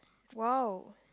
!wow!